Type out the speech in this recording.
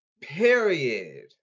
Period